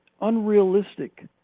unrealistic